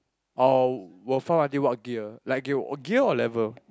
or will farm until what gear like gear gear or level